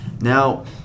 now